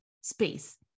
space